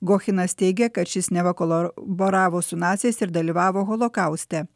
gonchinas teigia kad šis neva kolaboravo su naciais ir dalyvavo holokauste